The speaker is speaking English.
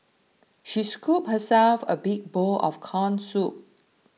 she scooped herself a big bowl of Corn Soup